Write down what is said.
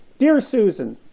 dear susan,